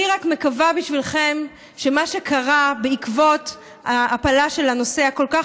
אני רק מקווה בשבילכם שמה שקרה בעקבות ההפלה של הנושא הכל-כך